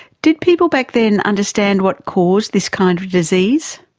did people back then understand what caused this kind of disease?